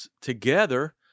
together